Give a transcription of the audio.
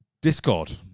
Discord